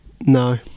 No